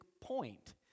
point